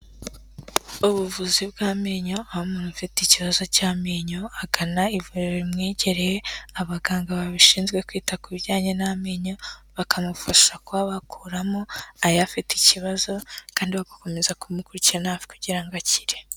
Ubuvuzi bw'amenyo aho umuntu ufite ikibazo cy'amenyo agana ivuriro rimwegereye, abaganga babishinzwe kwita ku bijyanye n'amenyo bakamufasha kuba bakuramo ayafite ikibazo, kandi bagakomeza kumukurikirana hafi kugira ngo akire.